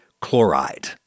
chloride